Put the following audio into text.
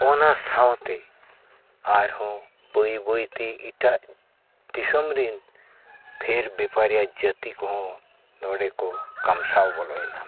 ᱚᱱᱟ ᱥᱟᱶᱛᱮ ᱟᱨᱦᱚᱸ ᱵᱟᱹᱭ ᱵᱟᱹᱭ ᱛᱮ ᱮᱴᱟᱜ ᱫᱤᱥᱚᱢ ᱨᱮᱱ ᱯᱷᱮᱨ ᱵᱮᱯᱟᱨᱤᱭᱟᱹ ᱡᱟᱹᱛᱤ ᱠᱚᱦᱚᱸ ᱱᱚᱰᱮ ᱠᱚ ᱠᱟᱢᱥᱟᱣ ᱵᱚᱞᱚᱭᱮᱱᱟ